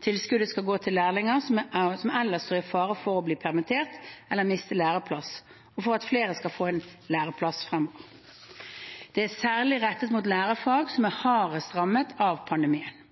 Tilskuddet skal gå til lærlinger som er eller står i fare for å bli permittert eller miste læreplassen, og for at flere skal få en læreplass fremover. Det er særlig rettet mot lærefag som er hardest rammet av pandemien.